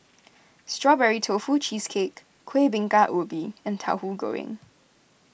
Strawberry Tofu Cheesecake Kueh Bingka Ubi and Tauhu Goreng